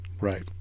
Right